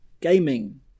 Gaming